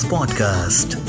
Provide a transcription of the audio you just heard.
Podcast